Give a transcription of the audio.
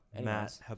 Matt